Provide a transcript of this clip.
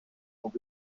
und